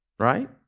Right